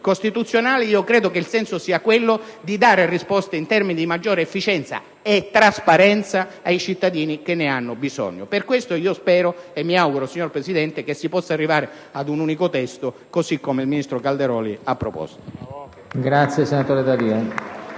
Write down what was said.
costituzionali, io credo che il senso sia quello di dare risposte in termini di maggiore efficienza e trasparenza ai cittadini che ne hanno bisogno. Per questo spero e mi auguro, signor Presidente, che si possa arrivare ad un unico testo, così come il ministro Calderoli ha proposto.